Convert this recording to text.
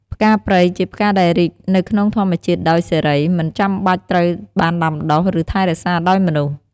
ផ្កាព្រៃ ជាផ្កាដែលរីកនៅក្នុងធម្មជាតិដោយសេរី មិនចាំបាច់ត្រូវបានដាំដុះ ឬថែរក្សាដោយមនុស្ស។